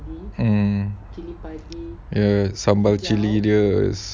hmm ya sambal cili dia